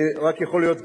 אני לא רוצה לסבך